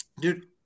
dude